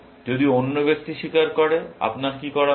যদি অন্য ব্যক্তি স্বীকার করে আপনার কি করা উচিত